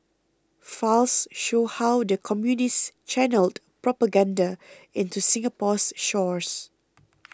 files show how the Communists channelled propaganda into Singapore's shores